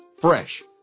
Fresh